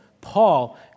Paul